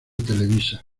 televisa